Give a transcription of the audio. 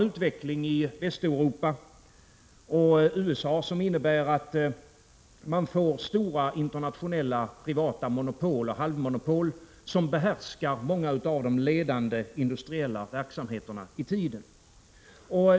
Utvecklingen i Västeuropa och USA innebär att det skapas stora internationella privata monopol och halvmonopol som behärskar många av de i tiden ledande industriella verksamheterna.